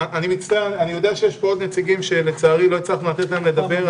אני יודע שיש פה עוד נציגים שלצערי לא הספקנו לתת להם לדבר.